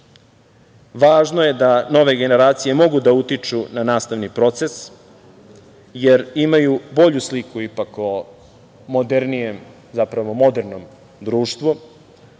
važno je da nove generacije mogu da utiču na nastavni proces, jer imaju bolju sliku o modernom društvu,